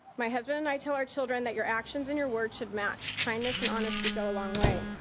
my husband and i tell our children that your actions and your words should match. kindness and honesty go a long way.